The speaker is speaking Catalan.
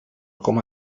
coma